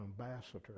ambassador